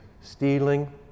stealing